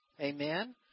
Amen